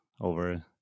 over